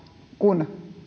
kun